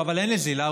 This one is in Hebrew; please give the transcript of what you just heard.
אבל אין נזילה.